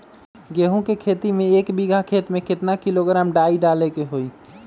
गेहूं के खेती में एक बीघा खेत में केतना किलोग्राम डाई डाले के होई?